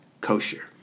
kosher